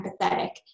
empathetic